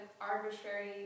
arbitrary